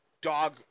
dog